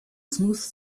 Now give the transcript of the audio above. smooth